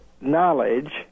knowledge